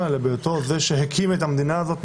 אלא בהיותו זה שהקים את המדינה הזאת,